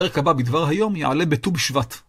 בפרק הבא בדבר היום יעלה בט"ו בשבט.